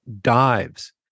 dives